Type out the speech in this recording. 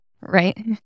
Right